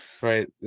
Right